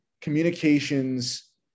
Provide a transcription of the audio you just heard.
communications